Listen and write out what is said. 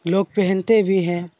لوگ پہنتے بھی ہیں